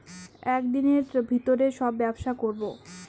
এক দিনের ভিতরে সব ব্যবসা করবো